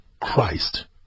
Christ